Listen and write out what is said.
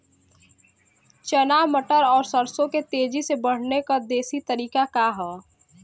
चना मटर और सरसों के तेजी से बढ़ने क देशी तरीका का ह?